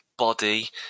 body